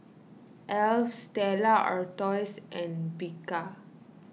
Alf Stella Artois and Bika